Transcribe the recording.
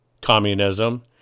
communism